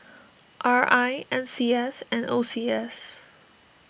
R I N C S and O C S